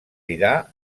dirà